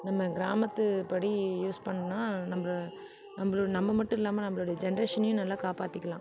நம்ம கிராமத்துபடி யூஸ் பண்ணால் நம்ப நம்ப மட்டும் இல்லாமல் நம்ப ஜெனரேஷனையும் வந்து காப்பாற்றிக்கலாம்